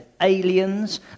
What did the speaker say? aliens